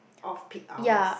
off peak hours